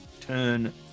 turn